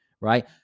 right